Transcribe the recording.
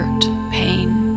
pain